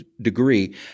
Degree